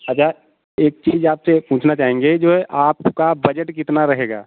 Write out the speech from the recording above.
अच्छा एक चीज़ आपसे पूछना चाहेंगे जो है आपका बजट कितना रहेगा